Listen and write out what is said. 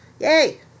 Yay